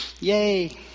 Yay